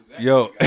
Yo